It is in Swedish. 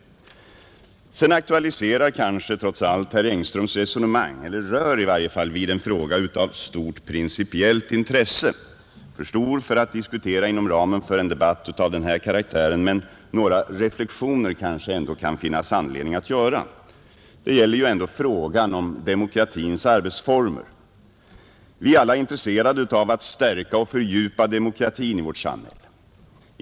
Trots allt rör kanske herr Engströms resonemang vid en fråga av stort principiellt intresse, alltför stor för att diskutera inom ramen för en debatt av den här karaktären. Några reflexioner kanske det ändå kan finnas anledning att göra. Det gäller faktiskt frågan om demokratins arbetsformer. Vi är alla intresserade av att stärka och fördjupa demokratin i vårt samhälle.